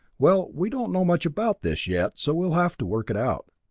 well, we don't know much about this yet, so we'll have to work it out.